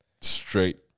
straight